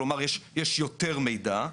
כלומר יש יותר מידע.